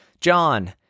John